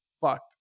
fucked